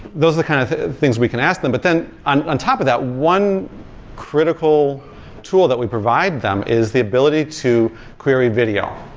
those are kind of things we can ask them. but then on on top of that, one critical tool that we provide them is the ability to query video.